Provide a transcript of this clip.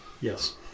Yes